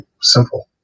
simple